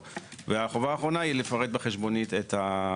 (1) בסעיף קטן (ב) במקום 60 אגורות יבוא: 1 שקלים חדשים.